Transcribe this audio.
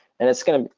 and it's gonna,